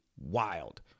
Wild